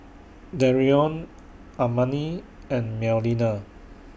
Darion Amani and Melina